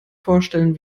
vorstellen